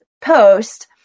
post